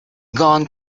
gone